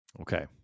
Okay